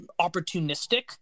opportunistic